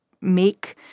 make